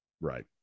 Right